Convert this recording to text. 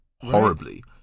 horribly